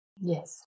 Yes